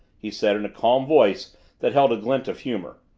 he said in a calm voice that held a glint of humor.